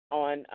on